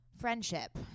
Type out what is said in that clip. Friendship